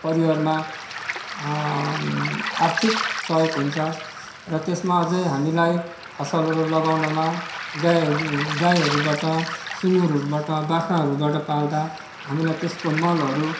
परिवारमा आर्थिक सहयोग हुन्छ र त्यसमा आझै हामीलाई फसलहरू लगाउनमा गाईहरू गाईहरूबाट सुँगुरहरूबाट बाख्राहरूबाट पाल्दा हामीलाई त्यसको मलहरू